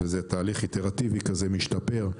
זה תהליך איטרטיבי, משתפר,